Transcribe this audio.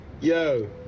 Yo